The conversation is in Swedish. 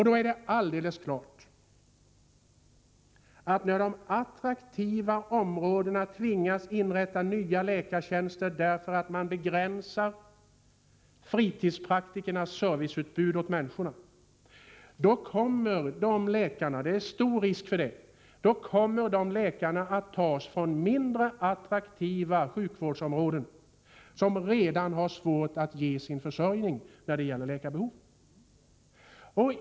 Då är det alldeles klart att när de attraktiva områdena tvingas inrätta nya läkartjänster därför att man begränsar fritidspraktikernas serviceutbud till människorna, så kommer läkare — det är stor risk för det — att tas från mindre attraktiva sjukvårdsområden, som redan har svårt att tillgodose läkarbehovet.